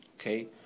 Okay